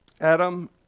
Adam